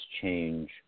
change